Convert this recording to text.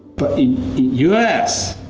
but u s.